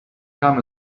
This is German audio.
kam